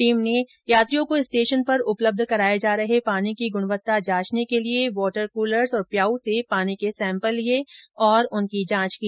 team ने यात्रियों को स्टेशन पर उपलब्ध कराए जा रहे पानी की गुणवत्ता जांचने के लिए वाटर कूलर्स और प्याऊ से पानी के सेम्पल लिए और उनकी जांच की